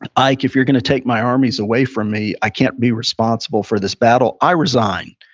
but ike, if you're going to take my armies away from me, i can't be responsible for this battle. i resign.